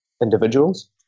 individuals